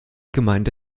gemeinde